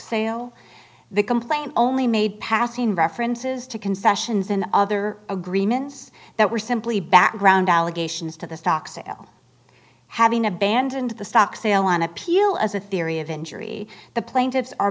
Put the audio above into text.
sale the complaint only made passing references to concessions in other agreements that were simply background allegations to the stock sale having abandoned the stock sale on appeal as a theory of injury the plaintiffs are